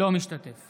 אינו משתתף